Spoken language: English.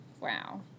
Wow